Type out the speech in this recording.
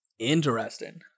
Interesting